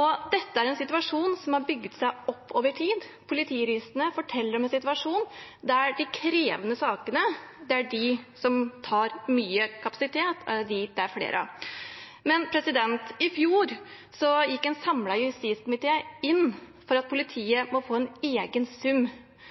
Og dette er en situasjon som har bygd seg opp over tid. Politijuristene forteller om en situasjon der det er de krevende sakene, de som tar mye kapasitet, som det er flere av. I fjor gikk en samlet justiskomité inn for at